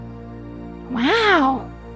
Wow